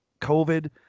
COVID